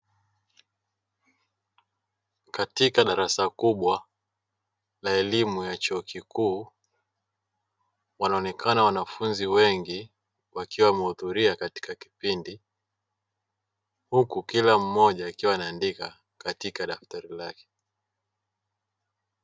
Katika darasa kubwa la elimu ya chuo kikuu wanaonekana wanafunzi wengi wakiwa wamehudhuria katika kipindi, huku kila mmoja akiwa anaandika katika daftari lake.